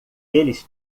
eles